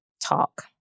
talk